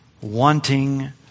wanting